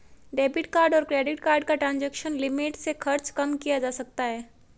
debit card और credit card का transaction limit से खर्च कम किया जा सकता है